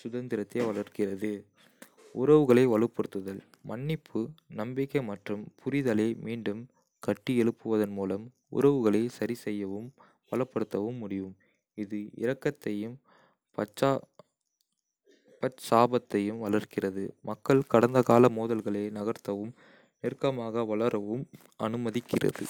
சுதந்திரத்தை வளர்க்கிறது. உறவுகளை வலுப்படுத்துதல் மன்னிப்பு நம்பிக்கை மற்றும் புரிதலை மீண்டும் கட்டியெழுப்புவதன் மூலம் உறவுகளை சரிசெய்யவும் பலப்படுத்தவும் முடியும். இது இரக்கத்தையும் பச்சாதாபத்தையும் வளர்க்கிறது, மக்கள் கடந்த கால மோதல்களை நகர்த்தவும் நெருக்கமாக வளரவும் அனுமதிக்கிறது.